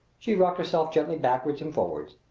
she rocked herself gently backward and forward.